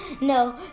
No